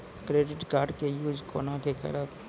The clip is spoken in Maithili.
क्रेडिट कार्ड के यूज कोना के करबऽ?